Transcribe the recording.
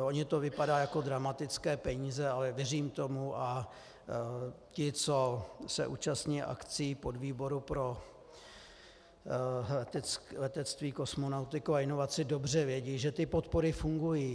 ono to vypadá jako dramatické peníze, ale věřím tomu a ti, co se účastní akcí podvýboru pro letectví, kosmonautiku a inovace, dobře vědí, že ty podpory fungují.